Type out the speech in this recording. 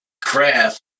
craft